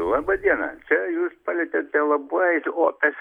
laba diena čia jūs palietėte labai opią